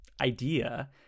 idea